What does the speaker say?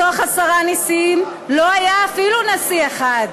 מתוך עשרה נשיאים לא היה אפילו נשיא אחד,